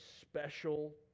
special